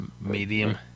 medium